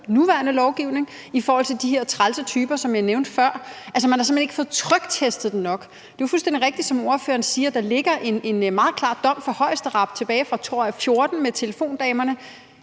nuværende lovgivning i forhold til de her trælse typer, som jeg nævnte før. Altså, man har simpelt hen ikke fået tryktestet den nok. Det er jo fuldstændig rigtigt, som ordføreren siger, at der ligger en meget klar dom fra Højesteret tilbage fra 2014, tror jeg, om telefondamerne.